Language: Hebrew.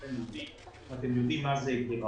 כולכם יודעים ואתם יודעים מה זה רבעון.